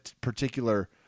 particular